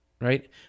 right